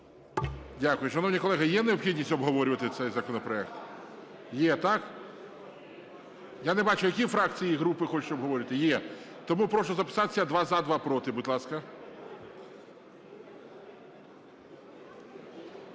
Дякую. Шановні колеги, є необхідність обговорювати цей законопроект? Є, так? Я не бачу, які фракції і групи хочуть обговорювати? Є. Тому прошу записатися: два – за, два – проти, будь ласка.